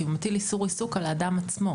כי הוא מטיל איסור עיסוק על האדם עצמו.